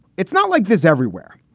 it's not like this everywhere.